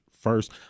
first